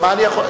דב חנין.